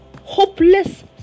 Hopeless